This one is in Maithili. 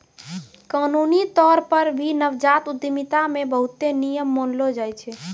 कानूनी तौर पर भी नवजात उद्यमिता मे बहुते नियम मानलो जाय छै